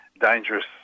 dangerous